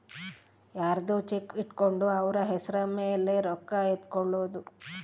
ಯರ್ದೊ ಚೆಕ್ ಇಟ್ಕೊಂಡು ಅವ್ರ ಹೆಸ್ರ್ ಮೇಲೆ ರೊಕ್ಕ ಎತ್ಕೊಳೋದು